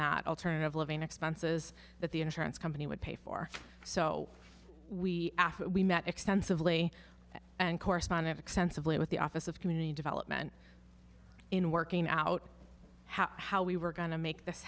that alternative living expenses that the insurance company would pay for so we after we met extensively and correspondent extensively with the office of community development in working out how we were going to make this